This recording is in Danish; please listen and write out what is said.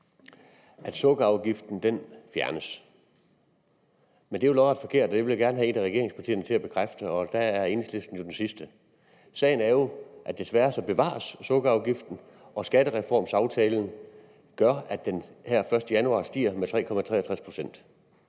at sukkerafgiften ville blive fjernet. Men det er jo lodret forkert. Det ville jeg gerne have at der var et af regeringspartierne der kunne bekræfte, og der er Enhedslisten jo det sidste i rækken. Sagen er jo desværre den, at desværre bevares sukkerafgiften, og skattereformaftalen gør, at den her pr. 1. januar stiger med 3,63 pct.